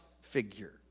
figure